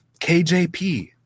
KJP